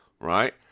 right